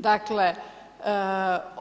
Dakle